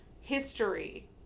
history